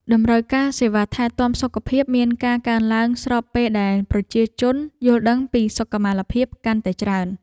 តម្រូវការសេវាថែទាំសុខភាពមានការកើនឡើងស្របពេលដែលប្រជាជនយល់ដឹងពីសុខុមាលភាពកាន់តែច្រើន។